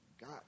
God